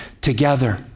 together